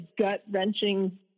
gut-wrenching